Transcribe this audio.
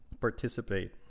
participate